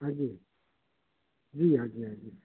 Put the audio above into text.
हाँ जी जी हाँ जी हाँ जी